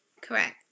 Correct